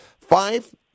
Five